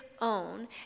own